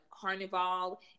carnival